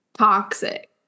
Toxic